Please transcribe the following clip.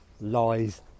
lies